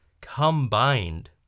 combined